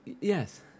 Yes